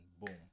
boom